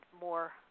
more, –